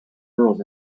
girls